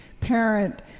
parent